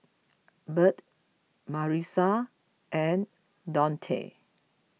Bert Marisa and Dionte